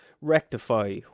rectify